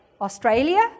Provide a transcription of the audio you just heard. Australia